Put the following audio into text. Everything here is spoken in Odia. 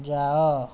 ଯାଅ